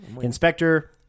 Inspector